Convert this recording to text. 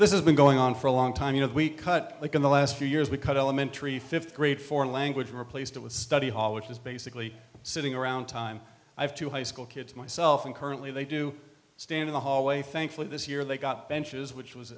this is been going on for a long time you know we cut like in the last few years we cut elementary fifth grade for language and replaced it with study hall which is basically sitting around time i have two high school kids myself and currently they do stand in the hallway thankfully this year they got benches which was